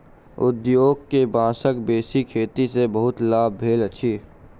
उद्योग के बांसक बेसी खेती सॅ बहुत लाभ भेल अछि